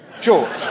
George